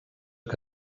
que